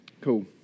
Cool